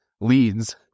leads